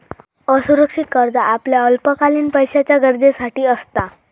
असुरक्षित कर्ज आपल्या अल्पकालीन पैशाच्या गरजेसाठी असता